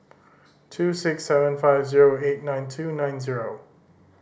two six seven five zero eight nine two nine zero